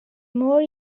more